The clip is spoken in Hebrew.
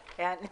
אני רננה שחר,